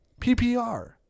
PPR